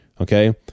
Okay